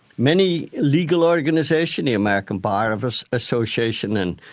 many legal organisations, the american bar office association, and